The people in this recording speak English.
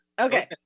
Okay